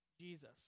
Jesus